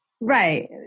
Right